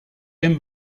dem